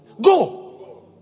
Go